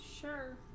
Sure